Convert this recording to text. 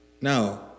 no